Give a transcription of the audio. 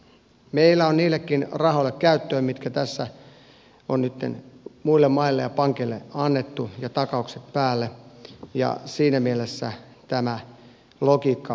meillä on käyttöä niillekin rahoille mitkä tässä on nytten muille maille ja pankeille annettu ja takaukset päälle ja siinä mielessä tämä logiikka ei ole hyväksyttävää